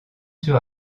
sur